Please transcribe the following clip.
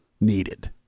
needed